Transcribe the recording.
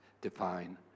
define